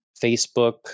Facebook